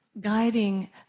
guiding